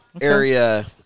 Area